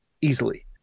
easily